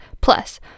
Plus